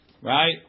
Right